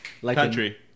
Country